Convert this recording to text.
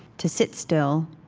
to sit still.